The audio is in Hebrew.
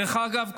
דרך אגב,